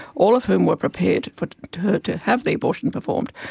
all of whom were prepared for her to have the abortion performed,